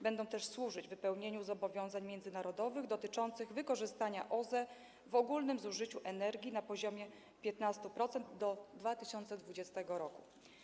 Będą też służyć wypełnieniu zobowiązań międzynarodowych dotyczących wykorzystania OZE w ogólnym zużyciu energii na poziomie 15% do 2020 r.